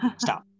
stop